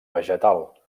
vegetal